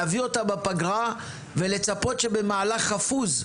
להביא אותה בפגרה ולצפות למהלך חפוז.